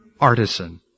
artisan